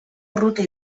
urruti